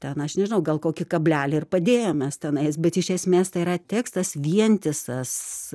ten aš nežinau gal kokį kablelį ir padėjom mes tenais bet iš esmės tai yra tekstas vientisas